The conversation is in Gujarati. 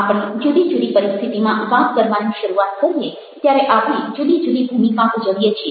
આપણે જુદી જુદી પરિસ્થિતિમાં વાત કરવાની શરૂઆત કરીએ ત્યારે આપણે જુદી જુદી ભૂમિકા ભજવીએ છીએ